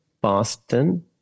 Boston